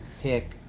pick